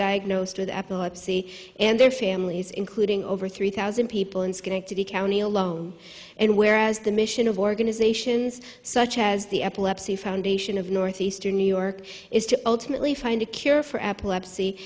diagnosed with epilepsy and their families including over three thousand people in schenectady county alone and where as the mission of organizations such as the epilepsy foundation of northeastern new york is to ultimately find a cure for epilepsy